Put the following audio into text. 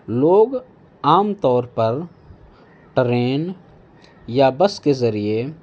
لوگ عام طور پر ٹرین یا بس کے ذریعے